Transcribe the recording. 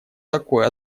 такое